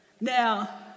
Now